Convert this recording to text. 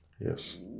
Yes